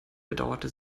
bedauerte